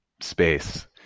space